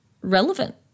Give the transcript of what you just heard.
relevant